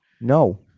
No